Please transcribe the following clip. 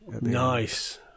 Nice